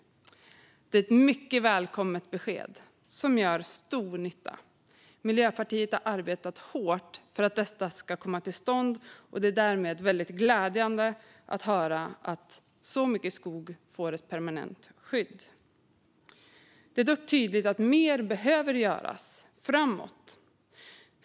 Det är ett mycket välkommet besked som gör stor nytta. Miljöpartiet har arbetat hårt för att detta ska komma till stånd. Det är därmed glädjande att höra att så mycket skog får ett permanent skydd. Det är dock tydligt att mer behöver göras framåt.